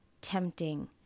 tempting